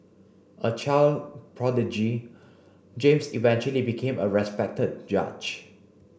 a child prodigy James eventually became a respected judge